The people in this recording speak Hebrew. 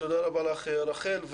תודה רבה לך, רחל.